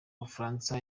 bufaransa